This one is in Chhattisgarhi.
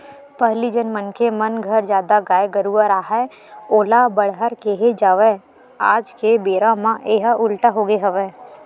पहिली जेन मनखे मन घर जादा गाय गरूवा राहय ओला बड़हर केहे जावय आज के बेरा म येहा उल्टा होगे हवय